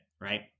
right